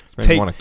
take